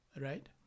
Right